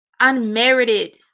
Unmerited